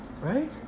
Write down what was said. Right